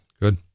Good